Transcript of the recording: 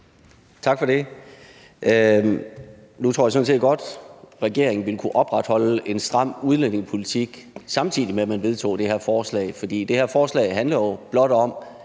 Tak for det. Nu tror jeg sådan set godt, at regeringen ville kunne opretholde en stram udlændingepolitik, samtidig med at man vedtog det her forslag. For det her forslag handler jo blot om,